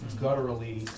gutturally